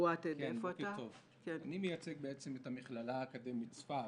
בעצם, אני מייצג את המכללה האקדמית צפת,